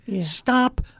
stop